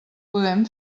podem